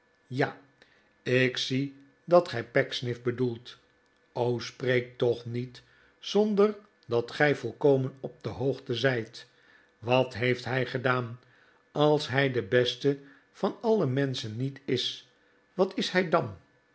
ja ik zie dat gij pecksniff bedoelt o spreek toch niet zonder dat gij volkomen op de hoogte zijt wat heeft hij gedaan als hij de beste van alle menschen niet is wat is hij dan